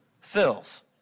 fills